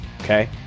Okay